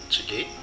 Today